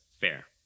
fair